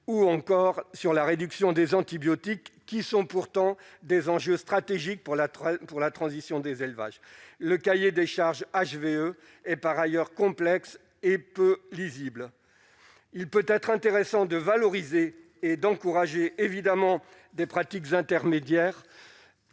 ou encore sur la réduction des antibiotiques qui sont pourtant des enjeux stratégiques pour la pour la transition des élevages, le cahier des charges HVE et par ailleurs, complexe et peu lisible, il peut être intéressant de valoriser et d'encourager, évidemment, des pratiques intermédiaire